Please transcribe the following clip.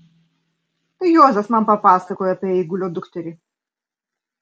tai juozas man papasakojo apie eigulio dukterį